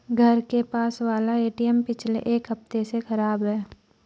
घर के पास वाला एटीएम पिछले एक हफ्ते से खराब है